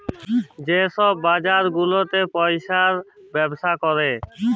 যে ছব বাজার গুলাতে পইসার ব্যবসা ক্যরে